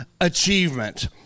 achievement